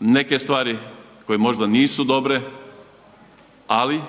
neke stvari koje možda nisu dobre, ali